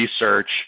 research